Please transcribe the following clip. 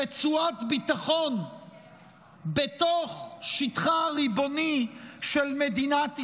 רצועת ביטחון בתוך שטחה הריבוני של מדינת ישראל,